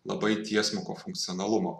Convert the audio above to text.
labai tiesmuko funkcionalumo